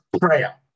prayer